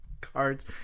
cards